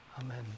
Amen